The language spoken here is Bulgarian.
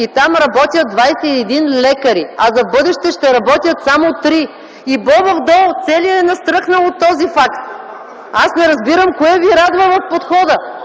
и там работят 21 лекари, за в бъдеще ще работят само три. И целият Бобов дол е настръхнал от този факт. Аз не разбирам кое ви радва в подхода.